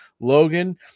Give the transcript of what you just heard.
Logan